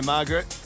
Margaret